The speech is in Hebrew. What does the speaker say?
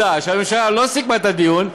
שהממשלה לא סיכמה את הדיון.